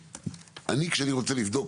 אני כשאני רוצה לבדוק